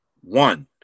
one